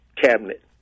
cabinet